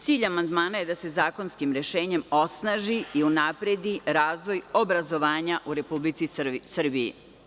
Cilj amandmana je da se zakonskim rešenjem osnaži i unapredi razvoj obrazovanja u Republici Srbiji.